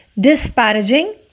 Disparaging